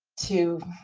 to